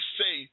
say